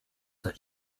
that